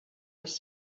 les